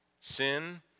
Sin